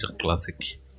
classic